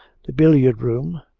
the billiard-room,